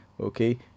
Okay